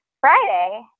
Friday